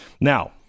now